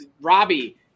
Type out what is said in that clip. Robbie